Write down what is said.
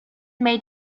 made